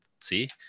see